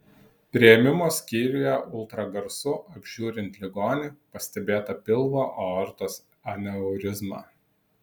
priėmimo skyriuje ultragarsu apžiūrint ligonį pastebėta pilvo aortos aneurizma